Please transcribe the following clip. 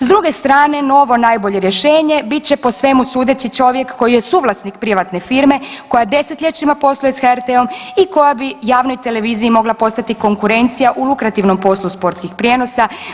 S druge strane, novo najbolje rješenje bit će po svemu sudeći čovjek koji je suvlasnik privatne firme koja desetljećima posluje s HRT-om i koja bi javnoj televiziji mogla postati konkurencija u lukrativnom poslu sportskih prijenosa.